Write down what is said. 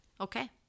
Okay